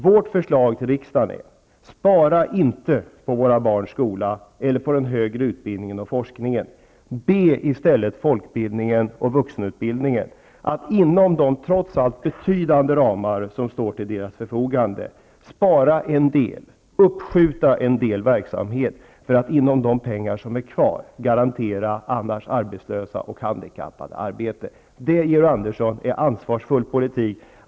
Vårt förslag till rikdagen är: Spara inte på våra barns skola eller på den högre utbildningen och forskningen, be i stället folkbildningen och vuxenutbildningen att inom de trots allt betydande ramar som står till deras förfogande uppskjuta en del verksamhet för att med de pengar som är kvar garantera annars arbetslösa och handikappade arbete. Detta, Georg Andersson, är ansvarsfull politik.